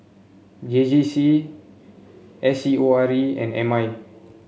J J C S C O R E and M I